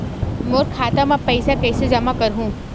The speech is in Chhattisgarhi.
मोर खाता म पईसा कइसे जमा करहु?